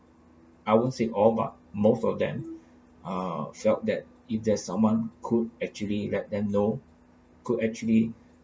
I won't say all but most of them uh felt that if there's someone could actually let them know could actually